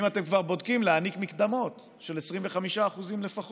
אם אתם כבר בודקים, להעניק מקדמות של 25% לפחות.